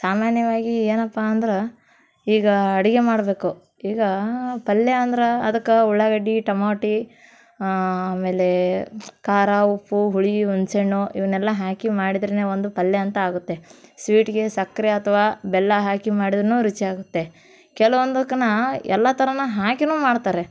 ಸಾಮಾನ್ಯವಾಗಿ ಏನಪ್ಪ ಅಂದ್ರೆ ಈಗ ಅಡುಗೆ ಮಾಡಬೇಕು ಈಗ ಪಲ್ಯ ಅಂದ್ರೆ ಅದಕ್ಕೆ ಉಳ್ಳಾಗಡ್ಡೆ ಟೊಮಾಟಿ ಆಮೇಲೆ ಖಾರ ಉಪ್ಪು ಹುಳಿ ಹುಣ್ಸೆಹಣ್ಣು ಇವನ್ನೆಲ್ಲ ಹಾಕಿ ಮಾಡಿದ್ರೆ ಒಂದು ಪಲ್ಯ ಅಂತ ಆಗುತ್ತೆ ಸ್ವೀಟ್ಗೆ ಸಕ್ಕರೆ ಅಥವಾ ಬೆಲ್ಲ ಹಾಕಿ ಮಾಡ್ದ್ರೂ ರುಚಿಯಾಗುತ್ತೆ ಕೆಲ್ವೊಂದುಕ್ಕೆ ಎಲ್ಲ ಥರನೂ ಹಾಕಿಯೂ ಮಾಡ್ತಾರೆ